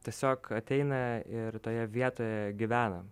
tiesiog ateina ir toje vietoje gyvena